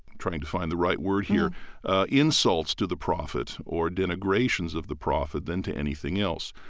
trying to find the right word here insults to the prophet or denigration of the prophet, than to anything else.